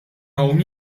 hawn